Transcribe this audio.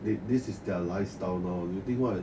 the this is their lifestyle now you think what